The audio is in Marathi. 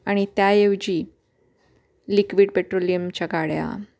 आणि त्याऐवजी लिक्विड पेट्रोलियमच्या गाड्या